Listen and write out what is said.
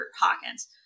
Hawkins